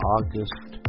August